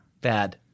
Bad